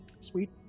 Sweet